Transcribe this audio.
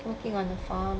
working on the farm